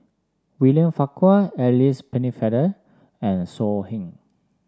William Farquhar Alice Pennefather and So Heng